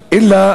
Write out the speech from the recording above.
אלא,